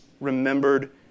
remembered